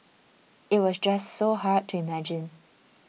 it was just so hard to imagine